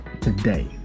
today